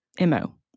mo